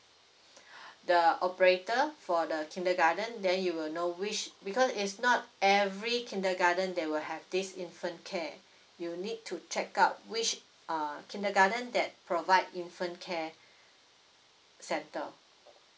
the operator for the kindergarten then you will know which because it's not every kindergarten they will have this infant care you need to check out which uh kindergarten that provide infant care centre